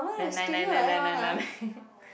then nine nine nine nine nine